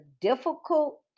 difficult